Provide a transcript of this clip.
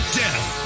death